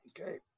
Okay